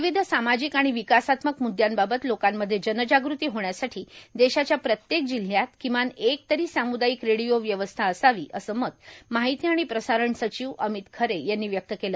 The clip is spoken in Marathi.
विविध सामाजिक आणि विकासात्मक मुद्यांबाबत लोकांमध्ये जनजागृती होण्यासाठी देशाच्या प्रत्येक जिल्ह्यात किमान एकतरी साम्रदायिक रेडिओ व्यवस्था असावी असं मत माहिती आणि प्रसारण सचिव अमित खरे यांनी व्यक्त केलं